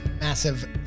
Massive